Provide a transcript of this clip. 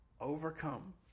overcome